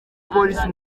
polisi